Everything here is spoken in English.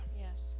Yes